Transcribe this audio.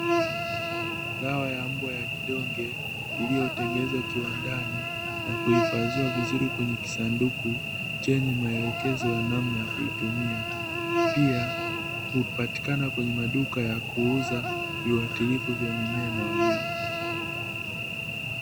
Dawa ya mbwa ya kidonge, iliyotengezwa kiwandani na kuhifadhiwa vizuri kwenye kisanduku chenye maelekezo ya namna ya kuitumia, pia kupatikana kwenye maduka ya kuuza viwatirifu vya mimea na wanyama.